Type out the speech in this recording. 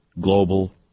global